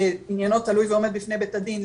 שעניינו תלוי ועומד בפני בית הדין,